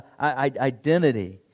identity